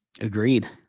Agreed